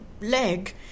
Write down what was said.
leg